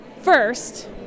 first